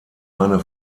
eine